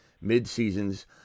mid-seasons